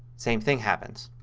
same thing happens.